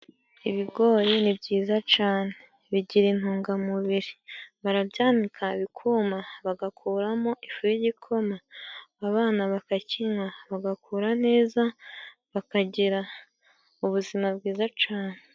Ibigori ni byiza cane bigira intungamubiri. Barabyanika bikuma, bagakuramo ifu y'igikoma, abana bakakinywa, bagakura neza, bakagira ubuzima bwiza cane.